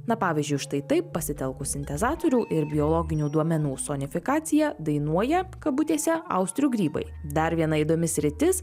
na pavyzdžiui štai taip pasitelkus sintezatorių ir biologinių duomenų sonifikaciją dainuoja kabutėse austrių grybai dar viena įdomi sritis